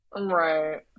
Right